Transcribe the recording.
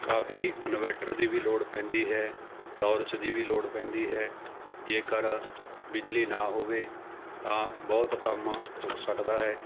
ਕਾਫੀ inverter ਦੀ ਵੀ ਲੋੜ ਪੈਂਦੀ ਹੈ ਟੋਰਚ ਦੀ ਵੀ ਲੋੜ ਪੈਂਦੀ ਹੈ ਜੇਕਰ ਬਿਜਲੀ ਨਾ ਹੋਵੇ ਤਾਂ ਬਹੁਤ ਕੰਮ ਰੁਕ ਸਕਦਾ ਹੈ